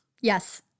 Yes